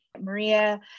Maria